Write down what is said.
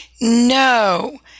No